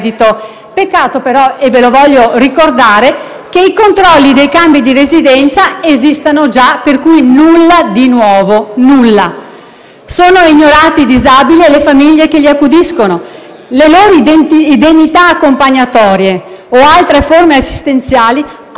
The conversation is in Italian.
Peccato però - e lo voglio ricordare - che i controlli dei cambi di residenza esistono già, per cui nulla di nuovo, nulla. Sono ignorati i disabili e le famiglie che li accudiscono: le loro indennità di accompagnamento o altre forme assistenziali